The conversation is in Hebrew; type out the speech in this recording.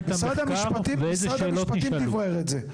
משרד המשפטים דברר את זה.